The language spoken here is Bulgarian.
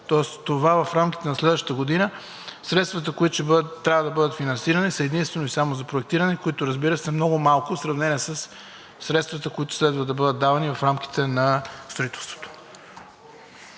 Тоест, това в рамките на следващата година – средствата, които ще трябва да бъдат финансирани, са единствено и само за проектиране, които, разбира се, са много малко в сравнение със средствата, които следва да бъдат давани в рамките на строителството.